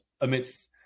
amidst